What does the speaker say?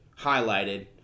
highlighted